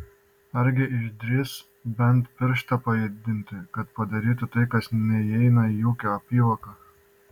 argi išdrįs bent pirštą pajudinti kad padarytų tai kas neįeina į ūkio apyvoką